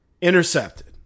intercepted